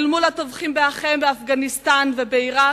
אל מול הטובחים באחיהם באפגניסטן ובעירק,